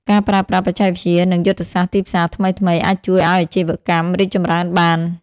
ការប្រើប្រាស់បច្ចេកវិទ្យា និងយុទ្ធសាស្ត្រទីផ្សារថ្មីៗ អាចជួយឱ្យអាជីវកម្មរីកចម្រើនបាន។